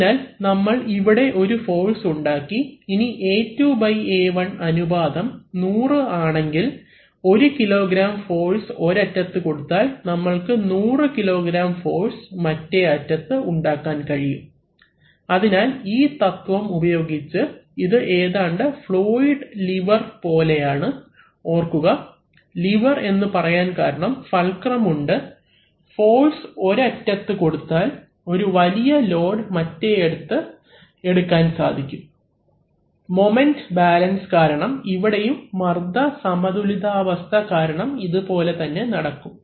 അതിനാൽ നമ്മൾ ഇവിടെ ഒരു ഫോഴ്സ് ഉണ്ടാക്കി ഇനി A2 A1 അനുപാതം 100 ആണെങ്കിൽ 1 kg ഫോഴ്സ് ഒരറ്റത്ത് കൊടുത്താൽ നമ്മൾക്ക് 100 kg ഫോഴ്സ് മറ്റേ അറ്റത്ത് ഉണ്ടാക്കാൻ കഴിയും അതിനാൽ ഈ തത്വം ഉപയോഗിച്ച് ഇത് ഏതാണ്ട് ഫ്ലൂയിഡിക് ലിവർ പോലെയാണ് ഓർക്കുക ലിവർ എന്ന് പറയാൻ കാരണം ഫൽക്റം ഉണ്ട് ഫോഴ്സ് ഒരറ്റത്ത് കൊടുത്താൽ ഒരു വലിയ ലോഡ് മറ്റേയറ്റത്ത് എടുക്കാൻ സാധിക്കും മോമെന്റ്റ് ബാലൻസ് കാരണം ഇവിടെയും മർദ്ദ സമതുലിതാവസ്ഥ കാരണം ഇതേ പോലെ തന്നെ നടക്കും